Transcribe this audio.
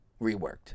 reworked